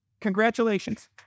Congratulations